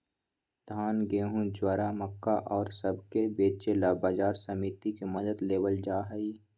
धान, गेहूं, ज्वार, मक्का और सब के बेचे ला बाजार समिति के मदद लेवल जाहई